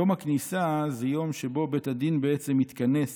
יום הכניסה זה יום שבו בית הדין בעצם מתכנס